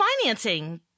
financing